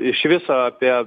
iš viso apie